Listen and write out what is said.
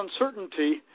uncertainty